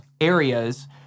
areas